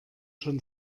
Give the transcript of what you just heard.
schon